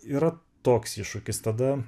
yra toks iššūkis tada